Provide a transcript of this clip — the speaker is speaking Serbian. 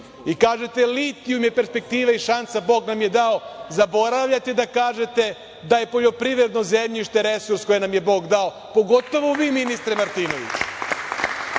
i kažete litijum je perspektiva i šansa, Bog nam je dao, zaboravljate da kažete da je poljoprivredno zemljište koje nam je Bog dao, pogotovo vi ministre Martinoviću.